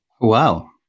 Wow